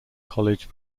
college